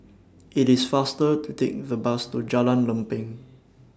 IT IS faster to Take The Bus to Jalan Lempeng